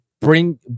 bring